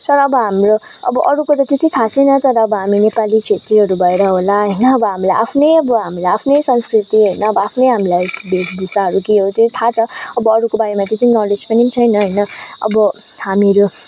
तर अब हाम्रो अब अरूको त त्यति थाहा छैन तर हामी नेपाली छेत्रीहरू भएर होला होइन अब हामीलाई आफ्नै अब हामीलाई आफ्नै संस्कृति होइन अब आफ्नै हामीलाई भेषभूषाहरू के हो त्यो थाहा छ अब अरूको बारेमा त्यति नलेज पनि छैन होइन अब हामीहरू